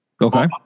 Okay